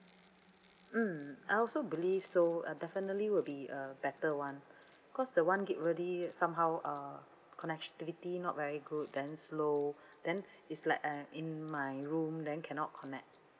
mm I also believe so uh definitely will be a better one cause the one gig really somehow uh connectivity not very good then slow then is like uh in my room then cannot connect